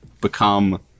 become